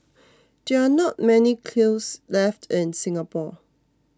there are not many kilns left in Singapore